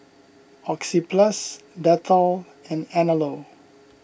Oxyplus Dettol and Anello